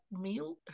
meal